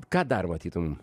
ką dar matytum